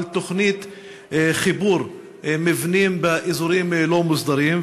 תוכנית חיבור מבנים באזורים לא מוסדרים,